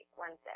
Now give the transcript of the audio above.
Wednesday